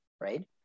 right